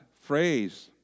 phrase